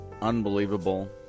unbelievable